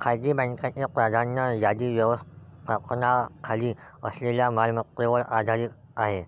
खासगी बँकांची प्राधान्य यादी व्यवस्थापनाखाली असलेल्या मालमत्तेवर आधारित काही